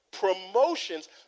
promotions